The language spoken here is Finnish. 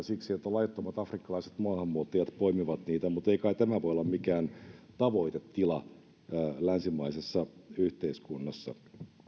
siksi että laittomat afrikkalaiset maahanmuuttajat poimivat niitä mutta ei kai tämä voi olla mikään tavoitetila länsimaisessa yhteiskunnassa